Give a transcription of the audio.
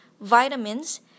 vitamins